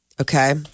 Okay